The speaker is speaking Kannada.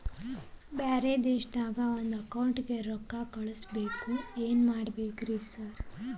ಬ್ಯಾರೆ ದೇಶದಾಗ ಒಂದ್ ಅಕೌಂಟ್ ಗೆ ರೊಕ್ಕಾ ಕಳ್ಸ್ ಬೇಕು ಏನ್ ಮಾಡ್ಬೇಕ್ರಿ ಸರ್?